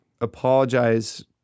apologize